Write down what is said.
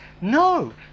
No